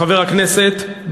חבר הכנסת,